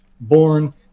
born